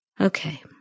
Okay